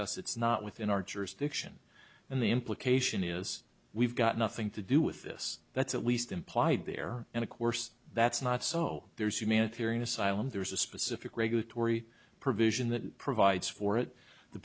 s it's not within our jurisdiction and the implication is we've got nothing to do with this that's at least implied there and of course that's not so there's humanitarian asylum there's a specific regulatory provision that provides for it the